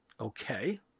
Okay